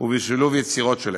ובשילוב יצירות שלהם,